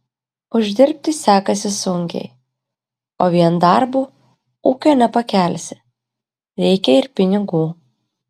uždirbti sekasi sunkiai o vien darbu ūkio nepakelsi reikia ir pinigų